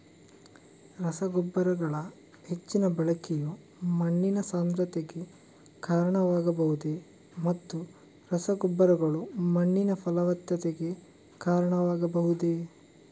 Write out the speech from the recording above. ರಸಗೊಬ್ಬರಗಳ ಹೆಚ್ಚಿನ ಬಳಕೆಯು ಮಣ್ಣಿನ ಸಾಂದ್ರತೆಗೆ ಕಾರಣವಾಗಬಹುದೇ ಮತ್ತು ರಸಗೊಬ್ಬರಗಳು ಮಣ್ಣಿನ ಫಲವತ್ತತೆಗೆ ಕಾರಣವಾಗಬಹುದೇ?